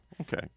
Okay